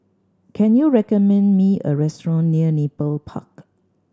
can you recommend me a restaurant near Nepal Park